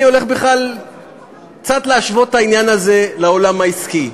אני הולך בכלל קצת להשוות את העניין הזה לעולם העסקי,